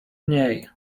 mniej